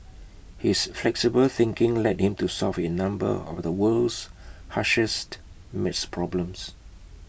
his flexible thinking led him to solve A number of the world's harshest math problems